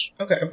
Okay